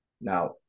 Now